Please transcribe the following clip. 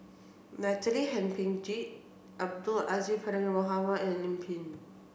Natalie Hennedige Abdul Aziz Pakkeer Mohamed and Lim Pin